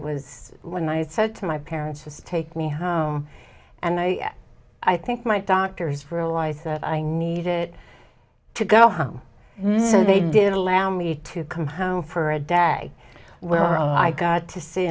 was when i had said to my parents to spake me home and i i think my doctors realized that i needed to go home and they did allow me to come home for a day where i got to see